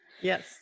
Yes